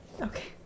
Okay